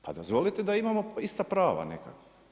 Pa dozvolite da imamo ista prava neka.